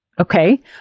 Okay